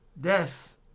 death